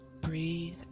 Breathe